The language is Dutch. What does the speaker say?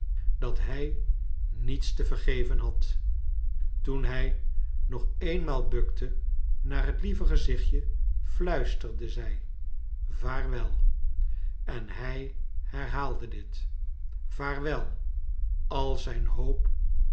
dat hij niets te vergeven had toen hij nog eenmaal bukte naar bet lieve gezichtje fluisterde zij vaarwel en hij berbaalde dit yaarwel al zijn hoop